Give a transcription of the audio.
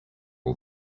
all